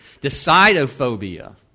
Decidophobia